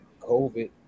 COVID